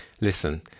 Listen